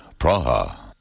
Praha